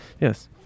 Yes